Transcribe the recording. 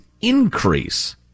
increase